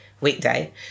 weekday